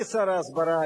כשר ההסברה,